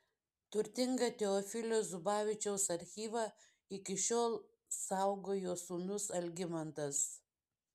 turtingą teofilio zubavičiaus archyvą iki šiol saugo jo sūnus algimantas